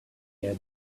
had